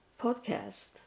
podcast